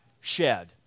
shed